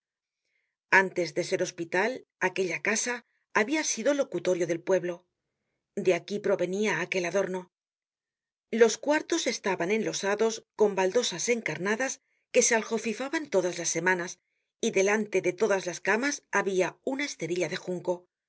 antes de ser hospital aquella casa habia sido locutorio del pueblo de aquí provenia aquel adorno los cuartos estaban enlosados con baldosas encarnadas que se aljofifaban todas las semanas y delante de todas las camas habia una esterilla de junco